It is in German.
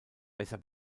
besser